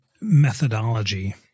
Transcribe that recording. methodology